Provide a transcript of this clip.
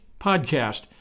podcast